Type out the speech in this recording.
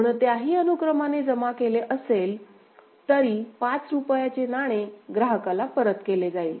कोणत्याही अनुक्रमाने जमा केले असेल तरी 5 रुपयाचे नाणे ग्राहकाला परत केले जाईल